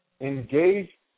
engage